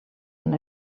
una